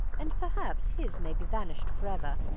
and perhaps his may be vanished for ever,